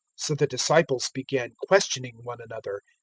so the disciples began questioning one another.